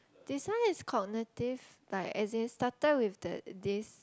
this one is cognitive like as in started with that this